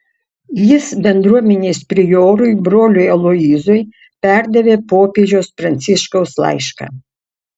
jis bendruomenės priorui broliui aloyzui perdavė popiežiaus pranciškaus laišką